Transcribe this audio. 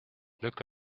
look